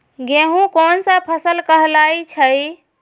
गेहूँ कोन सा फसल कहलाई छई?